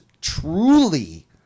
truly